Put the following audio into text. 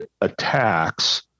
attacks